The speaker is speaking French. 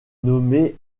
nommée